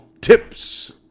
tips